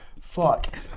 fuck